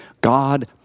God